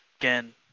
again